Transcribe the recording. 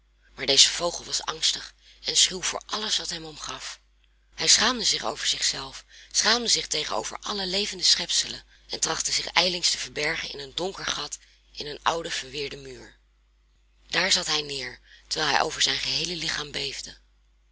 maar deze vogel was angstig en schuw voor alles wat hem omgaf hij schaamde zich over zich zelf schaamde zich tegenover alle levende schepselen en trachtte zich ijlings te verbergen in een donker gat in een ouden verweerden muur daar zat hij neer terwijl hij over zijn geheele lichaam